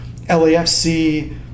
LAFC